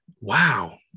Wow